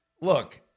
look